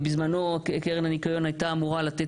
בזמנו קרן הניקיון הייתה אמורה לתת